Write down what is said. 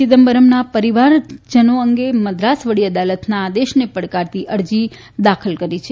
ચિદમ્બરમના પરિવારજનો અંગે મદ્રાસ વડી અદાલતના આદેશને પડકારતી અરજી દાખલ કરી છે